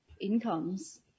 incomes